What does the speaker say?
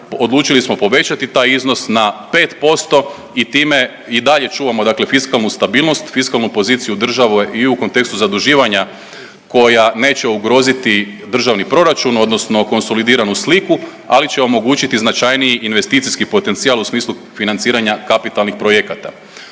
odlučili smo povećati taj iznos na 5% i time i dalje čuvamo fiskalnu stabilnost, fiskalnu poziciju države i u kontekstu zaduživanja koja neće ugroziti državni proračun odnosno konsolidiranu sliku, ali će omogućiti značajniji investicijski potencijal u smislu financiranja kapitalnih projekta.